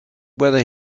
whether